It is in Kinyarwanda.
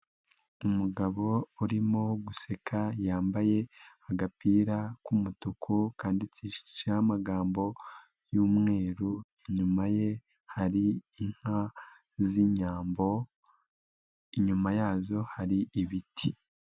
Umugabo urimo guseka yambaye agapira k'umutuku kandikishijeho amagambo y'umweru, inyuma ye hari inka z'inyambo, inyuma yazo hari ibiti.